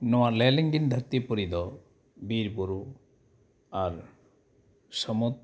ᱱᱚᱣᱟ ᱞᱮᱻᱞᱤᱸᱜᱤᱱ ᱫᱷᱟᱹᱨᱛᱤᱯᱩᱨᱤ ᱫᱚ ᱵᱤᱨᱼᱵᱩᱨᱩ ᱟᱨ ᱥᱟᱹᱢᱩᱫᱽ